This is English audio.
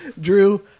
Drew